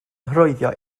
hyrwyddo